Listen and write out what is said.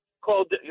called